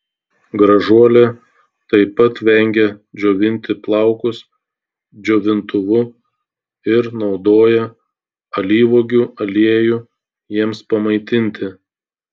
gražuolė taip pat vengia džiovinti plaukus džiovintuvu ir naudoja alyvuogių aliejų jiems pamaitinti